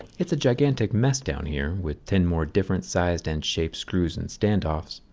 it's a gigantic mess down here with ten more different sized and shaped screws and standoffs.